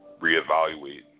reevaluate